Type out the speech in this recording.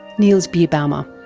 niels birbaumer